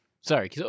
Sorry